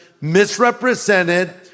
misrepresented